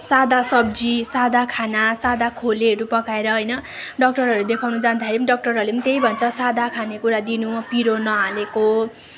सादा सब्जी सादा खाना सादा खोलेहरू पकाएर होइन डक्टरहरू देखाउनु जाँदाखेरि पनि डक्टरहरूले पनि त्यही भन्छ सादा खाना दिनु पिरो नहालेको